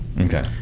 okay